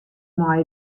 mei